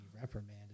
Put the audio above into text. reprimanded